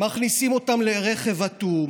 מכניסים אותם לרכב אטום.